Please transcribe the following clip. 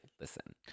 listen